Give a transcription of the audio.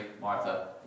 Martha